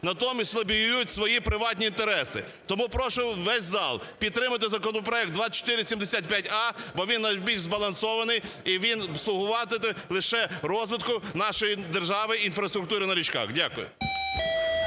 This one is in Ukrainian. натомість лобіюють свої приватні інтереси. Тому прошу весь зал підтримати законопроект 2475а, бо він найбільш збалансований і він слугуватиме лише розвитку нашої держави, інфраструктури на річках. Дякую.